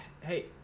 hey